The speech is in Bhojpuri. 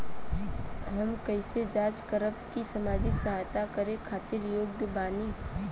हम कइसे जांच करब की सामाजिक सहायता करे खातिर योग्य बानी?